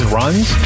runs